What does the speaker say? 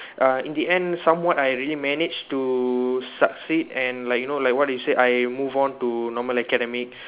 uh in the end some what I really manage to succeed and like you know like what you say I move on to normal academic